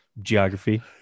geography